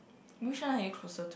which one are you closer to